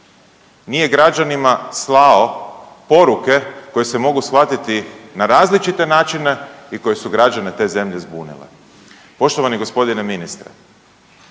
nije građanima slao poruke koje se mogu shvatiti na različite načine i koje su građane te zemlje zbunile. Poštovani g. ministre,